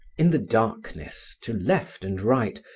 in the darkness, to left and right,